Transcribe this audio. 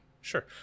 sure